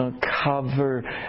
cover